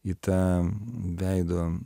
į tą veido